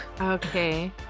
okay